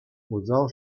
усал